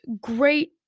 great